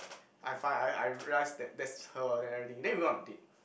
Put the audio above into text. I find I I realise that that's her then everything then we went on a date